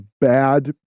bad